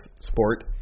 sport